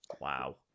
Wow